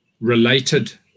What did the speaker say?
related